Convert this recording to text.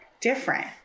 different